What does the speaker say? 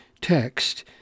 text